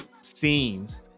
scenes